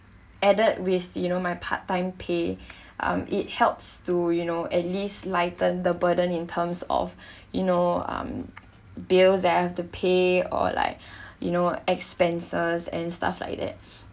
added with you know my part-time pay um it helps to you know at least lighten the burden in terms of you know um bills that I have to pay or like you know expenses and stuff like that